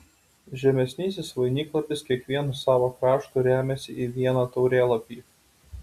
žemesnysis vainiklapis kiekvienu savo kraštu remiasi į vieną taurėlapį